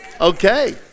Okay